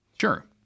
Sure